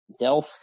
Delph